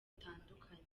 butandukanye